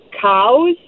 cows